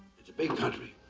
it's a big country.